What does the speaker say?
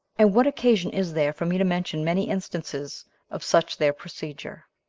and what occasion is there for me to mention many instances of such their procedure?